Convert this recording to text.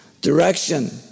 direction